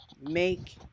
make